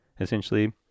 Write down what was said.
Essentially